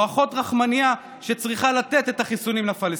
אחות רחמנייה שצריכה לתת את החיסונים לפלסטינים.